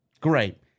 Great